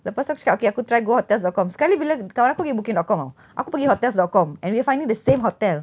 lepas tu aku cakap okay aku try go hotels dot com sekali bila kawan aku pergi booking dot com [tau] aku pergi hotels dot com and we are finding the same hotel